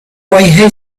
who